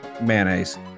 Mayonnaise